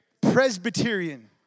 Presbyterian